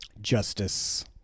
justice